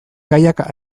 gaiak